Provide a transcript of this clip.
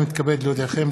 התשע"ט 2019,